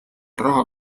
raha